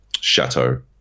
Chateau